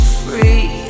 free